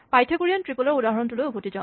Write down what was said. Pythagorean triple ৰ উদাহৰণটোলৈ উভতি যাওঁ